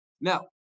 Now